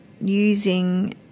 using